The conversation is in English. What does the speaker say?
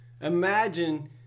Imagine